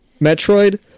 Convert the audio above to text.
Metroid